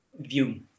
view